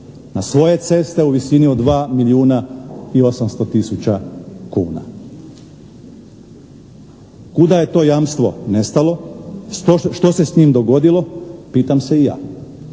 na svoje ceste u visini od 2 milijuna i 800 tisuća kuna. Kuda je to jamstvo nestalo, što se s njim dogodilo pitam se i ja.